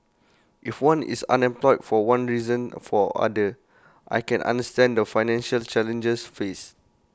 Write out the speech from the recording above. if one is unemployed for one reason for other I can understand the financial challenges faced